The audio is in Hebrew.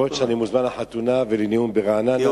אף-על-פי שאני מוזמן לחתונה ולנאום ברעננה.